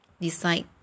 decide